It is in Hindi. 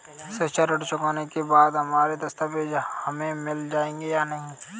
शिक्षा ऋण चुकाने के बाद हमारे दस्तावेज हमें मिल जाएंगे या नहीं?